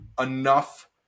enough